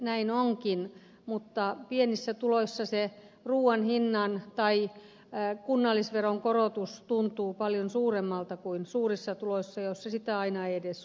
näin onkin mutta pienissä tuloissa se ruuan hinnan tai kunnallisveron korotus tuntuu paljon suuremmalta kuin suurissa tuloissa joissa sitä aina ei edes huomaa